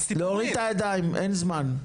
להוריד את הידיים, אין זמן.